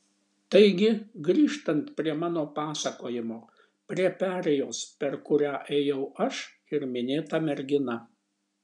taigi grįžtant prie mano pasakojimo prie perėjos per kurią ėjau aš ir minėta mergina